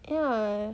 yeah